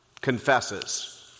confesses